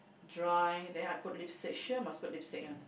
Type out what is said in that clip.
dry then I put lipstick sure must put lipstick one